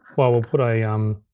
well, we'll put a, um